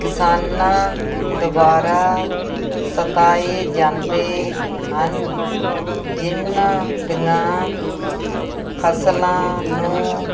ਕਿਸਾਨਾਂ ਦੁਆਰਾ ਸਤਾਏ ਜਾਂਦੇ ਹਨ ਜਿਨ੍ਹਾਂ ਦੀਆਂ ਫ਼ਸਲਾਂ ਨੂੰ